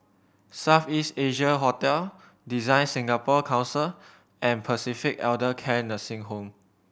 South East Asia Hotel DesignSingapore Council and Pacific Elder Care Nursing Home